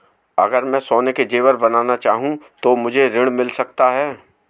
अगर मैं सोने के ज़ेवर बनाना चाहूं तो मुझे ऋण मिल सकता है?